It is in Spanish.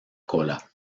cola